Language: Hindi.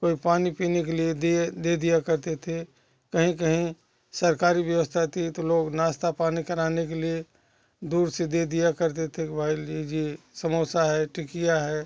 कोई पानी पीने के लिए दिए दे दिया करते थे कहीं कहीं सरकारी व्यवस्था थी तो लोग नाश्ता पानी कराने के लिए दूर से दे दिया करते थे कि भाई लीजिए समोसा है टिकिया है